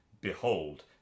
Behold